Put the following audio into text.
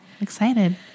Excited